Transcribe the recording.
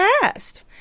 past